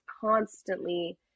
constantly